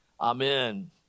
Amen